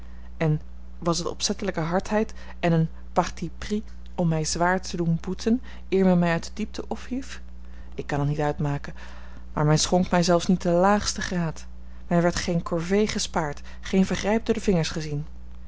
en was het opzettelijke hardheid en een parti pris om mij zwaar te doen boeten eer men mij uit de diepte ophief ik kan het niet uitmaken maar men schonk mij zelfs niet den laagsten graad mij werd geene corvée gespaard geen vergrijp door